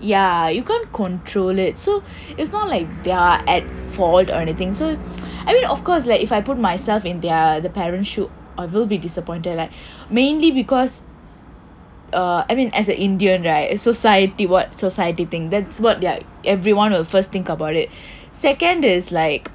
ya you can't control it so it's not like they're at fault or anything so I mean of course like if I put myself in their the parents shoes although I will be disappointed like mainly because err I mean as a indian right its society what society thinks that's what their everyone will first think about it second is like